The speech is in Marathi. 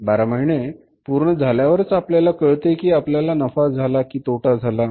बारा महिने पूर्ण झाल्यावरच आपल्याला कळते की आपल्याला नफा झाला की तोटा झाला